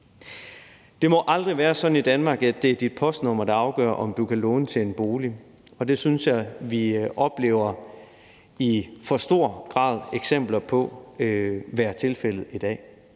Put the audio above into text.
Det må aldrig være sådan i Danmark, at det er dit postnummer, der afgør, om du kan låne til en bolig, og det synes jeg vi i for stor grad oplever eksempler på er tilfældet i dag.